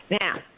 Now